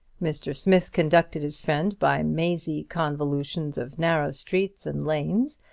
mr. smith conducted his friend by mazy convolutions of narrow streets and lanes,